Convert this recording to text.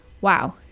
wow